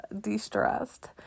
de-stressed